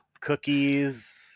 Cookies